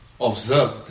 observe